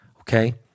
okay